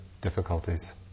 difficulties